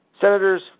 Senators